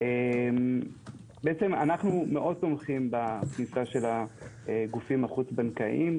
אנו מאוד תומכים בכניסה של הגופים החוץ בנקאיים.